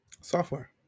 Software